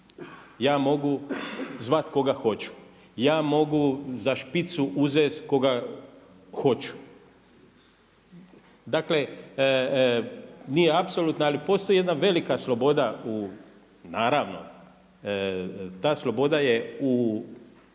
ja mogu zvati koga hoću, ja mogu za špicu uzeti koga hoću. Dakle, nije apsolutna ali postoji jedna velika sloboda, naravno ta sloboda je u